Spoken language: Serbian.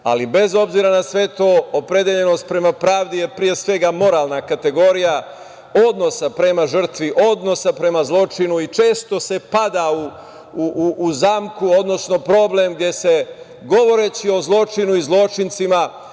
Bez obzira na sve to, opredeljenost prema pravdi je moralna kategorija odnosa prema žrtvi, odnosa prema zločinu i često se pada u zamku, odnosno problem gde se, govoreći o zločinu i zločincima,